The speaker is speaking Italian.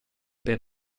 per